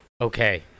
Okay